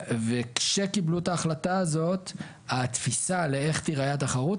כשקיבלו את ההחלטה הזאת התפיסה לאיך תיראה התחרות